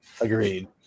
agreed